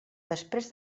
després